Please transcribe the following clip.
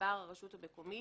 לגזבר הרשות המקומית,